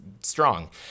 strong